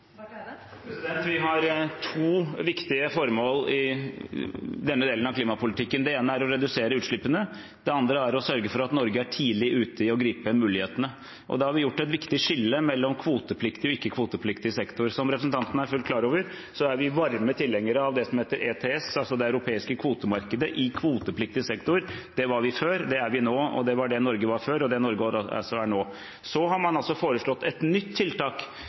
2030? Vi har to viktige formål i denne delen av klimapolitikken. Det ene er å redusere utslippene, det andre er å sørge for at Norge er tidlig ute i å gripe mulighetene. Da har vi gjort et viktig skille mellom kvotepliktig og ikke-kvotepliktig sektor. Som representanten er fullt klar over, er vi varme tilhengere av det som heter ETS, altså det europeiske kvotemarkedet i kvotepliktig sektor. Det var vi før, det er vi nå, det var Norge før, og det er Norge også nå. Så har man altså foreslått et nytt tiltak,